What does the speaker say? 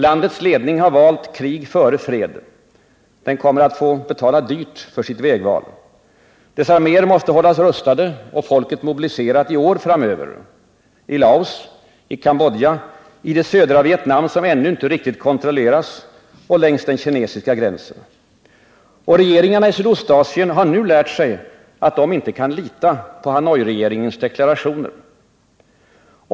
Landets ledning har valt krig före fred. Den kommer att få betala dyrt för sitt vägval. Dess arméer måste hållas rustade och folket mobiliserat i år framöver — i Laos, i Cambodja, i det södra Vietnam som ännu inte riktigt kontrolleras och längs den kinesiska gränsen. Och regeringarna i Sydostasien har nu lärt sig att de inte kan lita på Hanoiregeringens deklarationer.